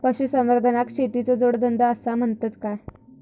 पशुसंवर्धनाक शेतीचो जोडधंदो आसा म्हणतत काय?